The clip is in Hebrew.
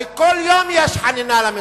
הרי כל יום יש חנינה למתנחלים.